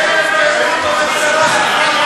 אין לנו אמון בממשלה.